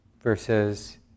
versus